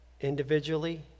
individually